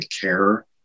care